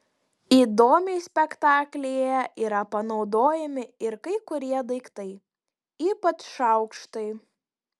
įdomiai spektaklyje yra panaudojami ir kai kurie daiktai ypač šaukštai